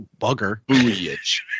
bugger